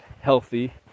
healthy